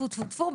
טפו טפו טפו,